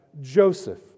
Joseph